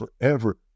forever